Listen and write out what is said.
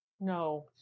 No